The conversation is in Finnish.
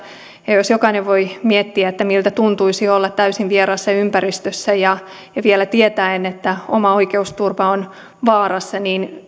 ja jokainen voi miettiä miltä tuntuisi olla täysin vieraassa ympäristössä ja ja vielä tietäen että oma oikeusturva on vaarassa